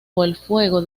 fuego